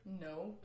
No